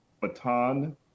baton